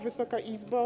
Wysoka Izbo!